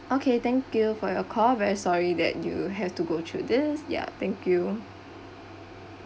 okay thank you for your call very sorry that you have to go through this ya thank you